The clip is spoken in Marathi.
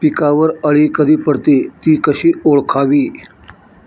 पिकावर अळी कधी पडते, ति कशी ओळखावी?